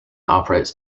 operates